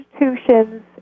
institutions